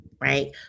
right